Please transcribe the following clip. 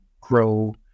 grow